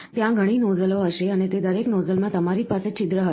ત્યાં ઘણી નોઝલો હશે અને તે દરેક નોઝલમાં તમારી પાસે છિદ્ર હશે